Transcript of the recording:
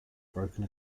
broken